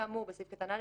כאמור בסעיף קטן (א),